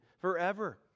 forever